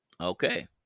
okay